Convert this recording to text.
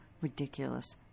ridiculous